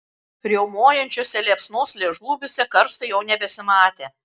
riaumojančiuose liepsnos liežuviuose karsto jau nebesimatė